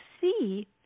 see